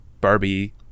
barbie